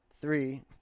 three